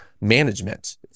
management